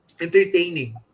Entertaining